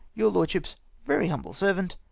your lordship's very humble servant,